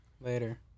later